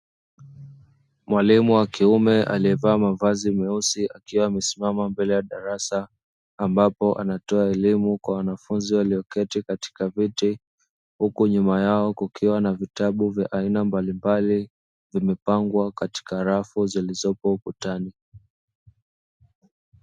Mwalimu wa kiume aliyevaa mavazi meusi akiwa amesimama mbele ya darasa, ambapo anatoa elimu kwa wanafunzi walioketi katika viti huku nyuma yao kukiwa na vitabu vya aina mbalimbali vimepangwa katika rafu zilizopo ukutani.